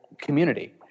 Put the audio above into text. community